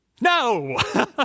No